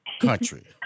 country